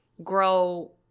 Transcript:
grow